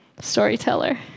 Storyteller